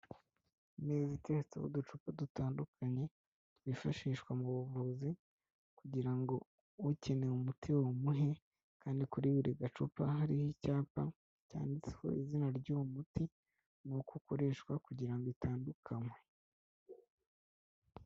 Imeza iteretseho uducupa dutandukanye twifashishwa mu buvuzi kugira ngo ukeneye umuti bawumuhe kandi kuri buri gacupa hariho icyapa cyanditsweho izina ry'uwo muti ni uko ukoreshwa kugirango itandukanywe.